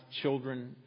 children